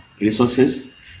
resources